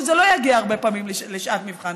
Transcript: שזה לא יגיע הרבה פעמים לשעת מבחן,